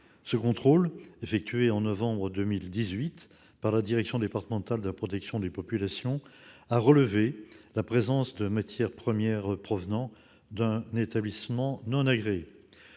Ce contrôle, effectué en novembre 2018, par la direction départementale de la protection des populations, a relevé la présence de matières premières provenant d'un établissement non agréé.